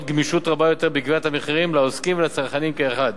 גמישות רבה יותר בקביעת המחירים לעוסקים ולצרכנים כאחד.